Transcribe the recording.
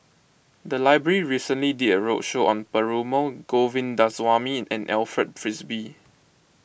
the library recently did a roadshow on Perumal Govindaswamy and Alfred Frisby